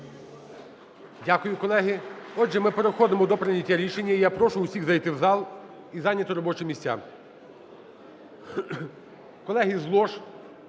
Дякую, колеги. Отже, ми переходимо до прийняття рішення і я прошу усіх зайти в зал і зайняти робочі місця.